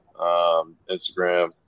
Instagram